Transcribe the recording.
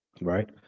Right